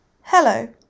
Hello